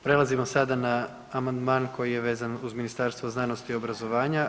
Prelazimo sada na amandman koji je vezan uz Ministarstvo znanosti i obrazovanja.